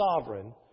sovereign